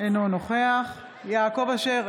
אינו נוכח יעקב אשר,